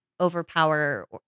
overpower